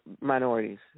minorities